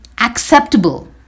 Acceptable